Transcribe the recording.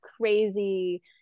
crazy